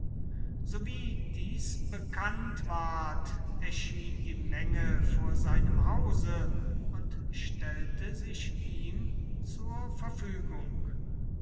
sowie dies bekannt ward erschien die menge vor seinem hause und stellte sich ihm zur verfügung